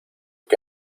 que